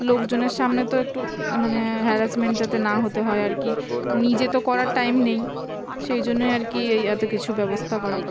লোকজনের সামনে তো একটু মানে হ্যারাসমেন্ট যাতে না হতে হয় আর কি নিজে তো করার টাইম নেই সেই জন্যই আর কি এই এতো কিছু ব্যবস্থা করা